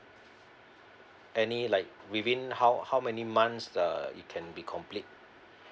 any like within how how many months uh can be complete